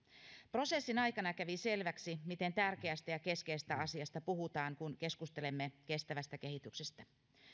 prosessin aikana kävi selväksi miten tärkeästä ja keskeisestä asiasta puhutaan kun keskustelemme kestävästä kehityksestä